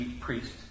priest